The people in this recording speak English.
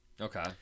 Okay